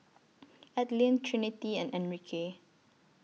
Adline Trinity and Enrique